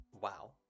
wow